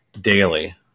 daily